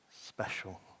special